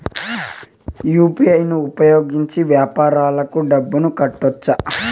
UPI ను ఉపయోగించి వ్యాపారాలకు డబ్బులు కట్టొచ్చా?